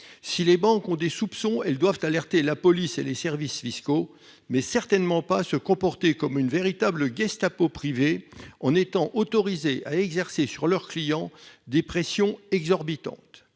Si les banques ont des soupçons, elles doivent alerter la police et les services fiscaux, mais certainement pas se comporter comme une véritable « gestapo privée », en étant autorisées à exercer sur leurs clients des pressions exorbitantes.